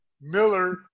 Miller